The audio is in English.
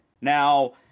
Now